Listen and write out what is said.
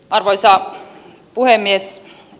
arvoisa puhemies